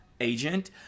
agent